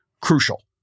crucial